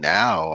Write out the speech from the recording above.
now